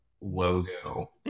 logo